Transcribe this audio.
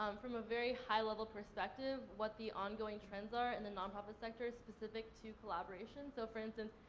um from a very high-level perspective, what the ongoing trends are in the non-profit sector, specific to collaboration. so, for instance,